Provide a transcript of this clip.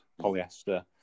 polyester